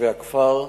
תושבי הכפר,